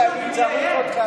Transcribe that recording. כי אני צריך אותך,